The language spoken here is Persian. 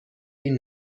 این